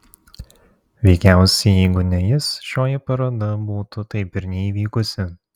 veikiausiai jeigu ne jis šioji paroda būtų taip ir neįvykusi